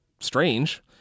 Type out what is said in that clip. strange